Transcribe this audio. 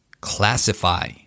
classify